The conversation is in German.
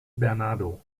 bernardo